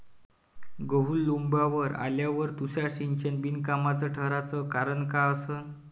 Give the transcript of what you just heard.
गहू लोम्बावर आल्यावर तुषार सिंचन बिनकामाचं ठराचं कारन का असन?